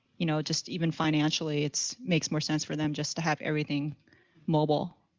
you know, just even financially, it's makes more sense for them just to have everything mobile.